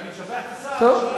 הם צריכים שיכתבו להם תשובות?